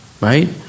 Right